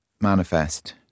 manifest